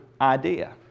idea